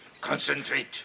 Concentrate